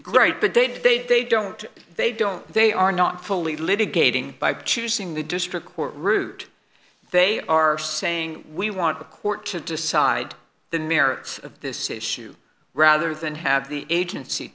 great but they did they they don't they don't they are not fully litigating by choosing the district court route they are saying we want the court to decide the merits of this issue rather than have the agency